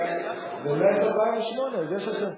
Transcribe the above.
במרס 2008 הגיש את זה,